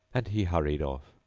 and he hurried off.